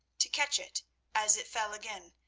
to catch it as it fell again,